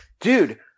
dude –